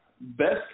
Best